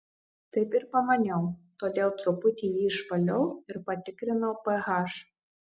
taip ir pamaniau todėl truputį jį išvaliau ir patikrinau ph